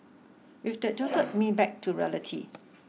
with the jolted me back to reality